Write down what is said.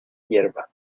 yerba